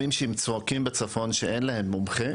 שתיהן,